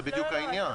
זה בדיוק העניין.